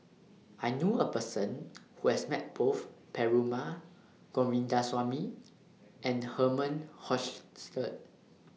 I knew A Person Who has Met Both Perumal Govindaswamy and Herman Hochstadt